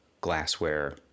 glassware